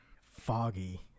Foggy